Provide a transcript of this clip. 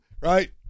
right